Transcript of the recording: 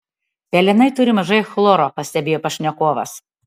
pelenai turi mažai chloro pastebėjo pašnekovas